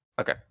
Okay